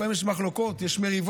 לפעמים יש מחלוקות, יש מריבות.